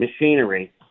Machinery